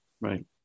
Right